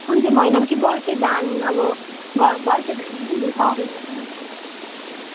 कुन चाहिँ महिनामा कि बर्खे धान अब अब बर्खे धान पनि हुन्छ भनेर सुनेको थिएँ हजुर